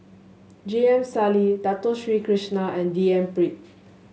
J M Sali Dato Sri Krishna and D N Pritt